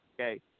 Okay